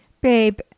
Babe